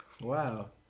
Wow